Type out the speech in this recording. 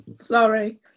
sorry